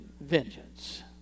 vengeance